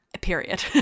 Period